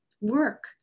work